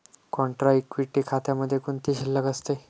Contra equity खात्यामध्ये कोणती शिल्लक असते?